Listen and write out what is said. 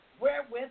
wherewith